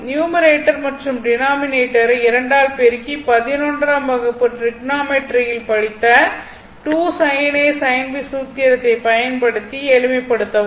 numerator மற்றும் டினாமினேட்டரை 2 ஆல் பெருக்கி பதினொன்றாம் வகுப்பு ட்ரிக்னாமெட்ரி யில் படித்த 2 sin A sin B சூத்திரத்தை பயன்படுத்தி எளிமைப்படுத்தவும்